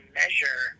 measure